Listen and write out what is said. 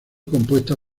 compuesta